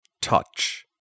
Touch